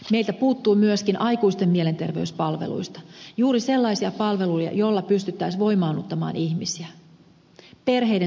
meiltä puuttuu myöskin aikuisten mielenterveyspalveluista juuri sellaisia palveluja joilla pystyttäisiin voimaannuttamaan ihmisiä